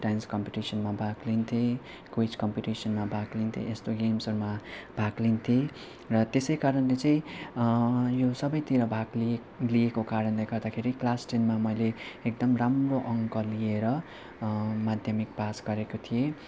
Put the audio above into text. dance कम्पिटिसनमा भाग लिन्थेँ क्विज कम्पिटिसनमा भाग लिन्थेँ यस्तो गेम्सहरूमा भाग लिन्थेँ र त्यसै कारणले चाहिँ यो सबैतिर भाग लिए लिएको कारणले गर्दाखेरि क्लास टेनमा मैले एकदम राम्रो अङ्क लिएर माध्यमिक पास गरेको थिएँ